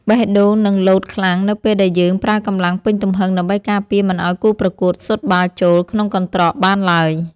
បេះដូងនឹងលោតខ្លាំងនៅពេលដែលយើងប្រើកម្លាំងពេញទំហឹងដើម្បីការពារមិនឱ្យគូប្រកួតស៊ុតបាល់ចូលក្នុងកន្ត្រកបានឡើយ។